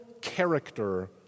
character